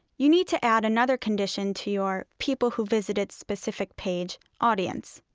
you need to add another condition to your people who visited specific page audience.